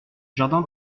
jardin